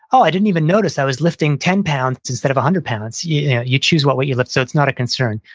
oh, i didn't even notice i was lifting ten pounds instead of one hundred pounds. yeah you choose what weight you lift, so it's not a concern.